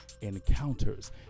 encounters